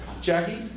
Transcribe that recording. Jackie